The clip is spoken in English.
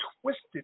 twisted